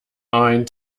ein